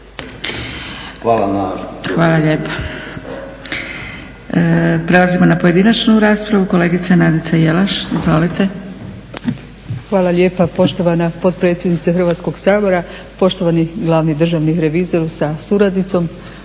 Dragica (SDP)** Hvala lijepa. Prelazimo na pojedinačnu raspravu. Kolegica Nadica Jelaš. Izvolite. **Jelaš, Nadica (SDP)** Hvala lijepa poštovana potpredsjednice Hrvatskog sabora, poštovani glavni državni revizoru sa suradnicom,